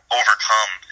overcome